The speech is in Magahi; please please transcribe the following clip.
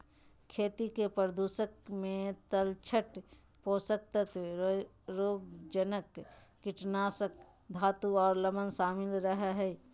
खेती के प्रदूषक मे तलछट, पोषक तत्व, रोगजनक, कीटनाशक, धातु आर लवण शामिल रह हई